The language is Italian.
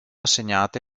assegnate